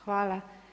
Hvala.